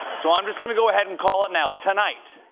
so i'm just going to go ahead and call it now. tonight,